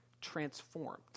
transformed